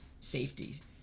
safeties